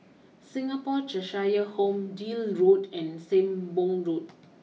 Singapore Cheshire Home Deal Road and Sembong Road